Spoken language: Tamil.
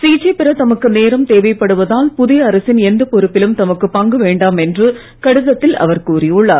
சிகிச்சை பெற தமக்கு நேரம் தேவைப்படுவதால் புதிய அரசின் எந்த பொறுப்பிலும் தமக்குப் பங்கு வேண்டாம் என்று கடிதத்தில் அவர் கூறியுள்ளார்